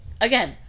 again